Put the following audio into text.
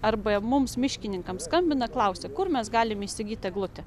arba mums miškininkams skambina klausia kur mes galim įsigyt eglutę